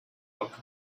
book